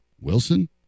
Wilson